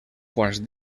quants